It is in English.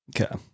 Okay